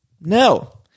No